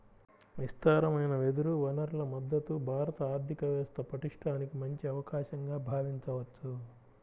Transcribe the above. విస్తారమైన వెదురు వనరుల మద్ధతు భారత ఆర్థిక వ్యవస్థ పటిష్టానికి మంచి అవకాశంగా భావించవచ్చు